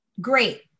Great